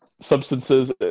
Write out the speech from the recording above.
substances